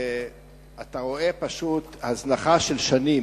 ואתה רואה פשוט הזנחה של שנים.